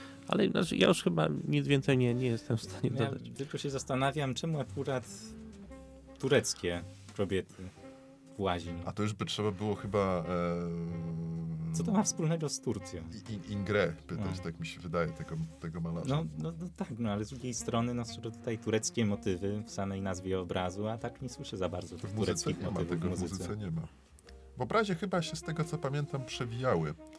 Ale, znaczy, ja już chyba nic więcej nie- nie jestem w stanie Ja dodać. tylko się zastanawiam, czemu akurat tureckie kobiety w łaźni. A to już by trzeba było chyba, em, Co to ma wspólnego z Turcją? I- I- Ingres pytać, No. tak mi się wydaje, tego- tego malarza. No- no- no tak, no, ale z drugiej strony, no, są tutaj tureckie motywy w samej nazwie obrazu, a tak nie słyszę za bardzo W tych muzyce tureckich nie ma motywów tego, w w muzyce. muzyce nie ma. W obrazie chyba się z tego, co pamiętam, przewijały.